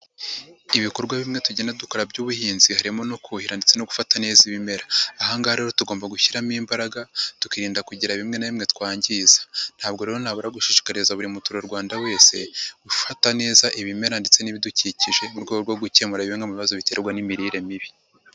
Ibikorwa bimwe tugenda dukora by'ubuhinzi birimo no kuhira ndetse no gufata neza ibimera. Aha nga rero tugomba gushyiramo imbaraga, tukirinda kugira bimwe na bimwe twangiza. Ntabwo rero nabura gushishikariza buri muturarwanda wese gufata neza ibimera ndetse n'ibidukikije, mu rwego rwo gukemura bimwe mu bibazo biterwa n'imirire mibi.